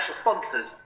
sponsors